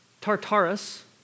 Tartarus